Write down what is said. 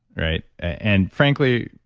right? and frankly,